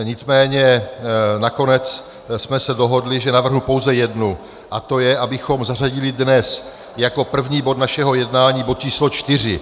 Nicméně nakonec jsme se dohodli, že navrhnu pouze jednu, a to je, abychom zařadili dnes jako první bod našeho jednání bod č. 4.